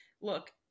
look